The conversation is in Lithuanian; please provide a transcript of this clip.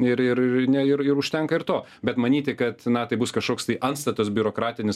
ir ir ne ir ir užtenka ir to bet manyti kad na tai bus kažkoks tai antstatas biurokratinis